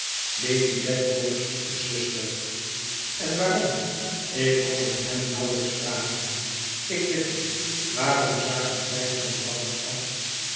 lady dedlock's zuster en waarom ik kon het hem nauwelijks vragen ik bid u waarom zagen zij van elkander af